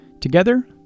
Together